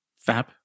Fab